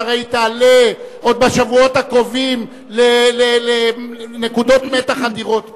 שהרי היא תעלה עוד בשבועות הקרובים לנקודות מתח אדירות פה.